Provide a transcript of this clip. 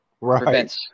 Right